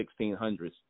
1600s